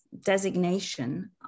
designation